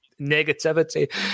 negativity